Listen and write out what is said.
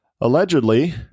Allegedly